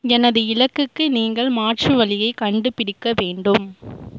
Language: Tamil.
எனது இலக்குக்கு நீங்கள் மாற்று வழியை கண்டுபிடிக்க வேண்டும்